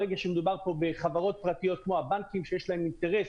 ברגע שמדובר פה בחברות הפרטיות כמו הבנקים שיש להם אינטרס,